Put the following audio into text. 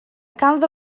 ganddo